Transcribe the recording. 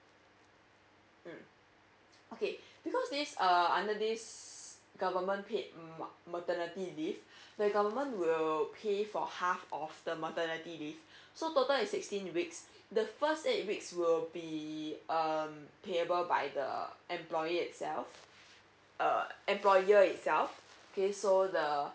mm okay because this err under this government paid m~ maternity leave the government will pay for half of the maternity leave so total is sixteen weeks the first eight weeks will be um payable by the employee itself err employer itself okay so the